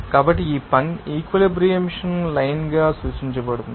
కాబట్టి ఈ పంక్తి ఈక్వలెబ్రియంలైన్ గా సూచించబడుతుంది